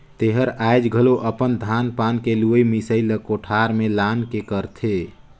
तेहर आयाज घलो अपन धान पान के लुवई मिसई ला कोठार में लान के करथे